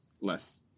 less